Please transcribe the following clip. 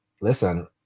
listen